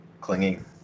clinging